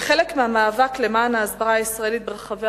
כחלק מהמאבק למען ההסברה הישראלית ברחבי